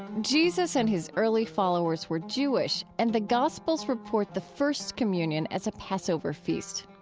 jesus and his early followers were jewish, and the gospels report the first communion as a passover feast.